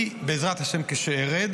אני, בעזרת השם, כשארד